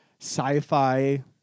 sci-fi